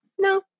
No